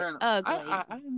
ugly